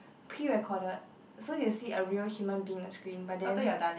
pre recorded so you see a real human being on the screen but then